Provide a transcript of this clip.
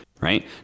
right